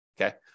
Okay